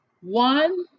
One